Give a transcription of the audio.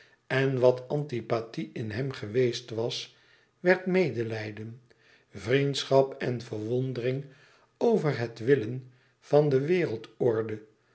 en wat antipathie in hem geweest was werd medelijden vriendschap en verwondering over het willen van de